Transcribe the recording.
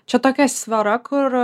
čia tokia sfera kur